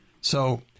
So-